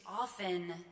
often